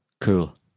cool